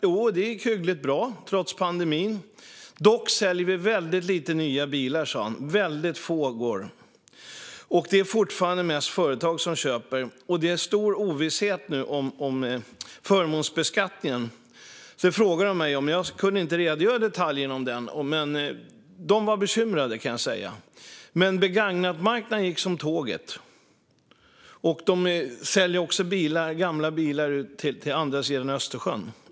Jo, det gick hyggligt bra, trots pandemin. Dock säljer vi väldigt lite nya bilar, sa han. Det är väldigt få, och det är fortfarande mest företag som köper. Det är nu stor ovisshet om förmånsbeskattningen. Det frågade de mig om. Jag kunde inte redogöra för detaljerna om den, men de var bekymrade. Men begagnatmarknaden gick som tåget. De säljer också gamla bilar till andra sidan Östersjön.